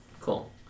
Cool